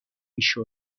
میشد